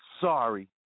sorry